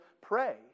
pray